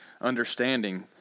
understanding